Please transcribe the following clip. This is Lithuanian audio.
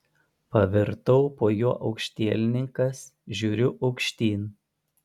pavirtau po juo aukštielninkas žiūriu aukštyn